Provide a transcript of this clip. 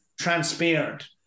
transparent